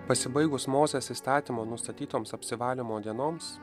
pasibaigus mozės įstatymo nustatytoms apsivalymo dienoms